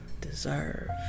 deserve